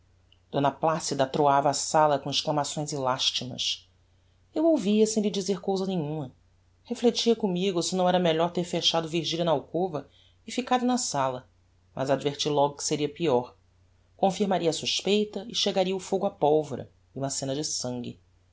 placida atroava a sala com exclamações e lastimas eu ouvia sem lhe dizer cousa nenhuma reflectia commigo se não era melhor ter fechado virgilia na alcova e ficado na sala mas adverti logo que seria peior confirmaria a suspeita e chegaria o fogo á polvora e uma scena de sangue